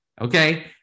okay